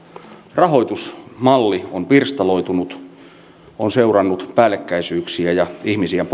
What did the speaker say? rahoitusmalli on pirstaloitunut on seurannut päällekkäisyyksiä ja ihmisiä